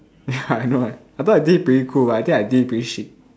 ya I know right I thought I did it pretty cool but I think I did it pretty shit